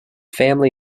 family